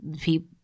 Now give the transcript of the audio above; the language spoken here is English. people